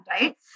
right